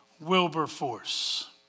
Wilberforce